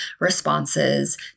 responses